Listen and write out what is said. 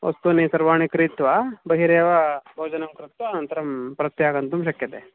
वस्तूनि सर्वाणि क्रीत्वा बहिरेव भोजनं कृत्वा अनन्तरं प्रत्यागन्तुं शक्यते